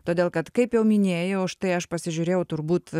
todėl kad kaip jau minėjau štai aš pasižiūrėjau turbūt